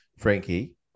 Frankie